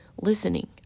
listening